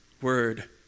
word